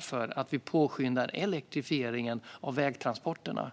för mig, att vi påskyndar elektrifieringen av vägtransporterna.